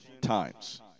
times